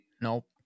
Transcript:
Nope